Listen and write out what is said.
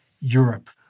Europe